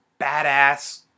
badass